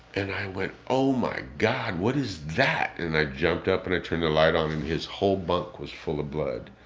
and i went, oh my god. what is that? and i jumped up and i turned the light on and his whole bunk was full of blood.